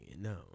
No